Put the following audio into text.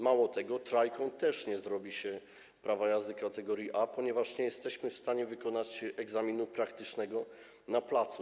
Mało tego, trajką też nie zrobi się prawa jazdy kategorii A, ponieważ nie jesteśmy w stanie przeprowadzić egzaminu praktycznego na placu.